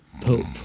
pope